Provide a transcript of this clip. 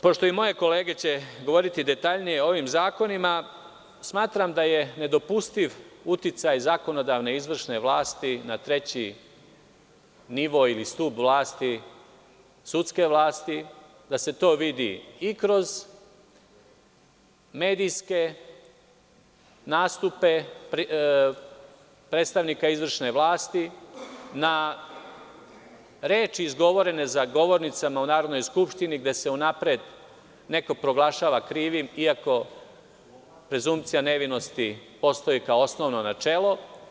Pošto će i moje kolege govoriti detaljnije o ovim zakonima, smatram da je nedopustiv uticaj zakonodavne i izvršne vlasti na treći nivo, ili stub vlasti, sudske vlasti da se to vidi i kroz medijske nastupe predstavnika izvršne vlasti na reči izgovorene za govornicom u Narodnoj skupštini, gde se unapred neko proglašava krivim, iako prezumpkcija nevinosti postoji kao osnovno načelo.